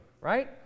right